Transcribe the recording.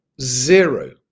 zero